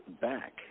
back